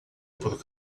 por